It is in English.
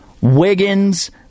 Wiggins